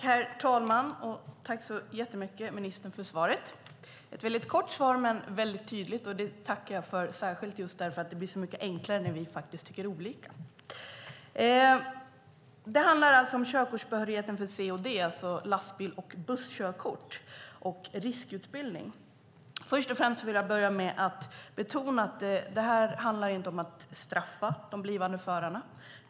Herr talman! Tack, ministern, för svaret - ett väldigt kort svar men väldigt tydligt. Det blir så mycket enklare då när vi faktiskt tycker olika. Det handlar alltså om körkortsbehörigheten för C och D, det vill säga lastbils och busskörkort och riskutbildning. Först och främst vill jag börja med att betona att det här inte handlar om att straffa de blivande förarna.